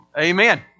Amen